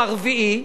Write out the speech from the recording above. או הרביעי.